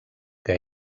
que